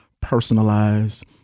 personalized